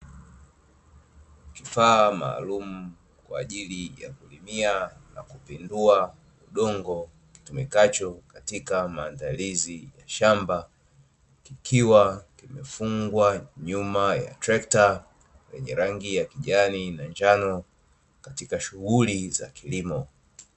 Kifaa maalumu kwa ajili ya kulimia na kupindua udongo, kitumikacho katika maandalizi ya shamba, kikiwa kimefungwa nyuma ya trekta lenye rangi ya kijani na njano katika shughuli za kilimo.